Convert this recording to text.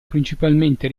principalmente